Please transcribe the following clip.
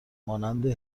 مانند